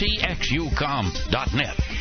txucom.net